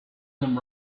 them